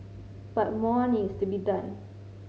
but more needs to be done